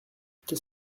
qu’est